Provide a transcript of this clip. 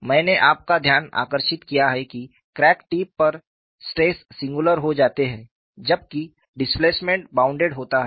मैंने आपका ध्यान आकर्षित किया है कि क्रैक टिप पर स्ट्रेस सिंगुलर हो जाते हैं जबकि डिस्प्लेसमेंट बॉउंडेड होते हैं